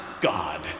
God